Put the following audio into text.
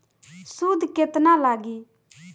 सूद केतना लागी?